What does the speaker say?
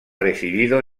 recibido